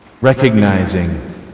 recognizing